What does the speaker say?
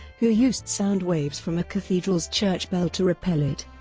who used sound waves from a cathedral's church bell to repel it.